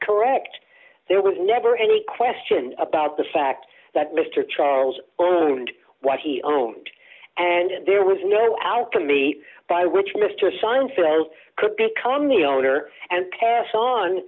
correct there was never any question about the fact that mr charles owned what he owned and there was no alchemy by which mr seinfeld could become the owner and pass on